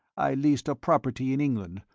i leased a property in england,